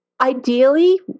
Ideally